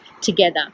together